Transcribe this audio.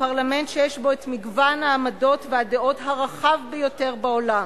הפרלמנט שיש בו מגוון העמדות והדעות הרחב ביותר בעולם,